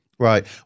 right